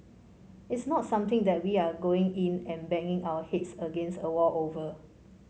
it's not something that we are going in and banging our heads against a wall over